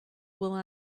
will